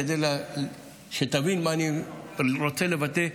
כדי שתבין מה אני רוצה לבטא,